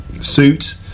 suit